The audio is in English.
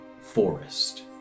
forest